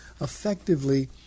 effectively